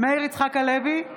מאיר יצחק הלוי,